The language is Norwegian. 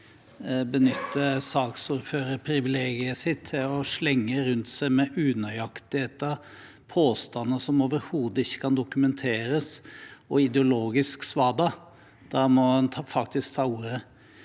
benytter saksordførerprivilegiet sitt til å slenge rundt seg med unøyaktigheter, påstander som overhodet ikke kan dokumenteres, og ideologisk svada, må en faktisk ta ordet.